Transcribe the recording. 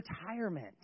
retirement